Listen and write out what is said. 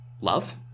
love